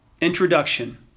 introduction